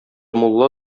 мулла